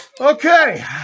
Okay